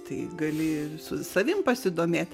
tai gali su savim pasidomėt